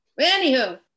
Anywho